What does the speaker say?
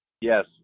Yes